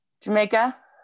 Jamaica